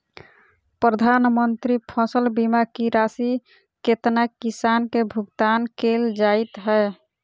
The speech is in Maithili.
प्रधानमंत्री फसल बीमा की राशि केतना किसान केँ भुगतान केल जाइत है?